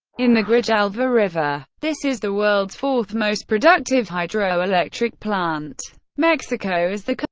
in the grijalva river. this is the world's fourth most productive hydroelectric plant. mexico is the